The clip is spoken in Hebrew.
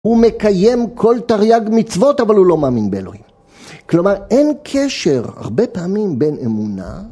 הוא מקיים כל תרי"ג מצוות, אבל הוא לא מאמין באלוהים. כלומר, אין קשר הרבה פעמים בין אמונה...